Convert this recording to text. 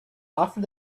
after